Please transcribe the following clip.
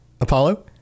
Apollo